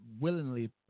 willingly